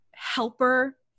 helper